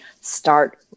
start